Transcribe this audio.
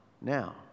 now